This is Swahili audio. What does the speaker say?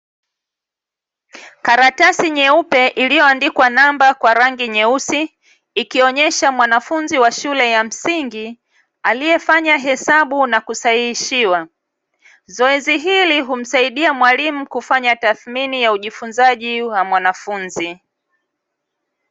Karatasi nyeupe iliyoandikwa namba kwa rangi nyeusi, ikionyesha mwanafunzi wa shule ya msingi aliyefanya hesabau na kusahihishiwa. Zoezi hili humsaidia mwalimu kufanya tathmini ya ujifunzaji wa mwanafunzi.